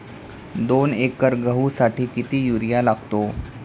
दोन एकर गहूसाठी किती युरिया लागतो?